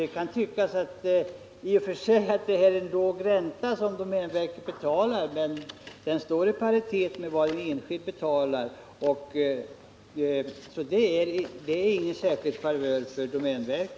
Toch för sig kan det tyckas att det är en låg ränta som domänverket betalar, men den står i paritet med vad en enskild betalar, så det är inte fråga om någon särskild favör för domänverket.